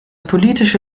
politische